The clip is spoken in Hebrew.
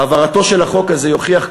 העברתו של החוק הזה תוכיח,